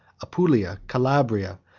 apulia, calabria,